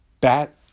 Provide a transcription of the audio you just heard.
Bat